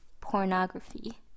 pornography